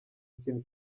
ikintu